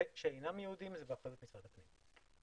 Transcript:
ושאינם יהודים זה באחריות משרד הפנים.